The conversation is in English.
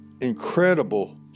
incredible